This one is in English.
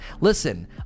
Listen